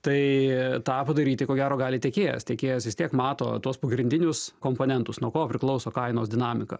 tai tą padaryti ko gero gali tiekėjas tiekėjas jis mato tuos pagrindinius komponentus nuo ko priklauso kainos dinamika